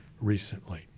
recently